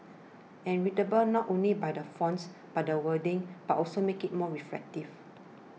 and readable not only by the fonts by the wordings but also make it more reflective